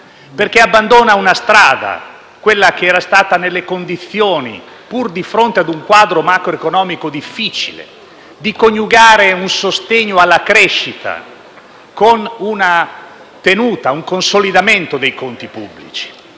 perché abbandona una strada, quella che era stata nelle condizioni - pur di fronte a un quadro macroeconomico difficile - di coniugare un sostegno alla crescita con una tenuta, un consolidamento dei conti pubblici.